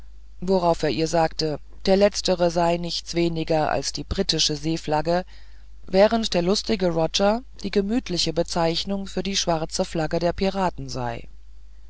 worauf er ihr sagte der letztere sei nichts weniger als die britische seeflagge während der lustige roger die gemütliche bezeichnung für die schwarze flagge der piraten sei